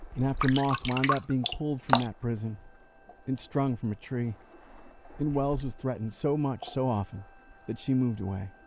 and after moss wound up being pulled from that prison and strung from a tree and wells was threatened so much so often that she moved away,